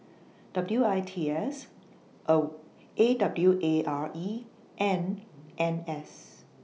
W I T S A W A R E and N S